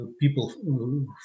People